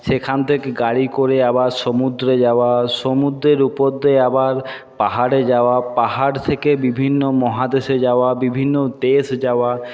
সেখান থেকে গাড়ি করে আবার সমুদ্রে যাওয়া সমুদ্রের উপর দিয়ে আবার পাহাড়ে যাওয়া পাহাড় থেকে বিভিন্ন মহাদেশে যাওয়া বিভিন্ন দেশ যাওয়া